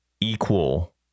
equal